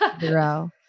zero